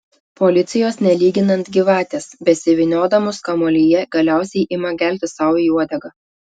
policijos nelyginant gyvatės besivyniodamos kamuolyje galiausiai ima gelti sau į uodegą